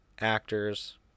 actors